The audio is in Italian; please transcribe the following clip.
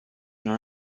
non